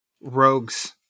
rogues